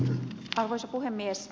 arvoisa puhemies